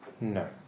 No